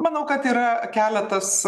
manau kad yra keletas